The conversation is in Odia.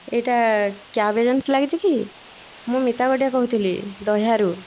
ଏଇଟା କ୍ୟାବ୍ ଏଜେନ୍ସି ଲାଗିଛି କି ମୁଁ ମିତା ଗୋଟିଆ କହୁଥିଲି ଦହ୍ୟାରୁ